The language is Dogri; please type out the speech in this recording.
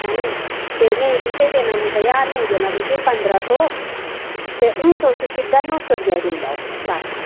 हैनी ते नेईं तुसें देना कुसै गी ज्हार नेईं देना तुसेंगी पंदरां सौ ते हून तुस सिद्धा नौ सौ रपेआ लेई लैओ लास्ट